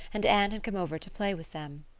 and anne had come over to play with them.